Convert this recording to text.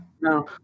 No